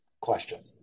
question